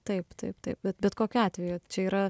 taip taip taip bet bet kokiu atveju čia yra